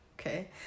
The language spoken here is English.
okay